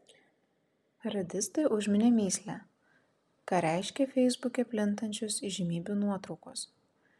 radistai užminė mįslę ką reiškia feisbuke plintančios įžymybių nuotraukos